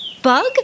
bug